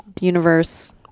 universe